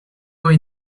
hoy